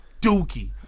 dookie